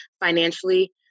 financially